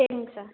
சரிங்க சார்